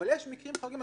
אבל יש מקרים חריגים.